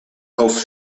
els